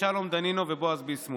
שלום דנינו ובועז ביסמוט.